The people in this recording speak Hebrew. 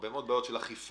הרבה מאוד בעיות של אכיפה.